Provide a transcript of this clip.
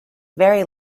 very